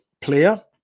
player